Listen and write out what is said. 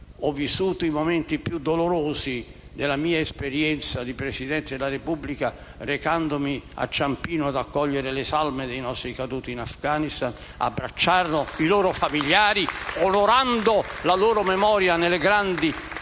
legislature, i momenti più dolorosi della mia esperienza di Presidente della Repubblica recandomi a Ciampino ad accogliere le salme dei nostri caduti in Afghanistan, abbracciando i loro familiari e onorando il loro sacrificio nelle grandi